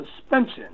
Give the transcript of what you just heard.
suspension